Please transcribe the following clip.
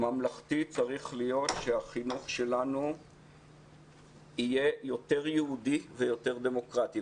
ממלכתי צריך להיות שהחינוך שלנו יהיה יותר יהודי ויותר דמוקרטי,